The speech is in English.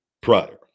prior